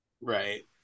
Right